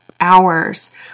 hours